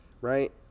right